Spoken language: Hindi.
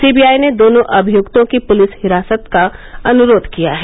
सीबीआई ने दोनों अभियुक्तों की पुलिस हिरासत का अनुरोध किया है